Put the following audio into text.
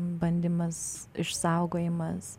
bandymas išsaugojimas